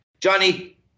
Johnny